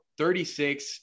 36